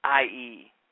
IE